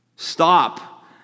Stop